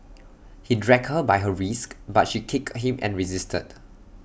he dragged her by her wrists but she kicked him and resisted